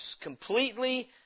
completely